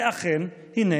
ואכן, הינה